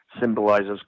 symbolizes